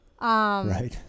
Right